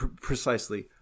precisely